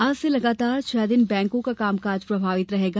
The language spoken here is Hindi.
आज से लगातार छह दिन बैंकों का कामकाज प्रभावित रहेगा